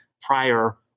prior